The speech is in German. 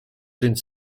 sind